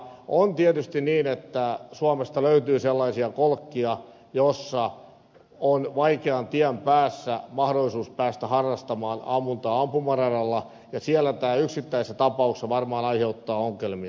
on tietysti niin että suomesta löytyy sellaisia kolkkia joissa on vaikean tien päässä mahdollisuus päästä harrastamaan ammuntaa ampumaradalla ja siellä tämä yksittäisessä tapauksessa varmaan aiheuttaa ongelmia